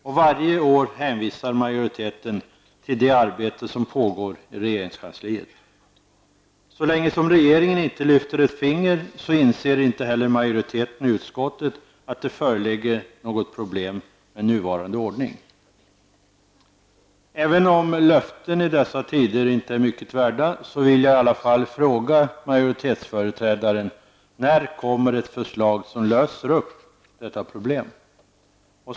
Och varje år hänvisar majoriteten till det arbete som pågår i regeringskansliet. Så länge regeringen inte lyfter ett finger, inser inte heller majoriteten i utskottet att det föreligger något problem med nuvarande ordning. Även om löften i dessa tider inte är mycket värda, vill jag i alla fall fråga majoritetsföreträdaren: När kommer ett förslag som löser upp detta problem?